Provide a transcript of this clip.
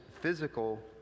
physical